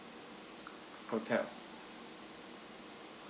hotel